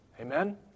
Amen